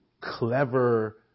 clever